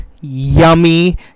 yummy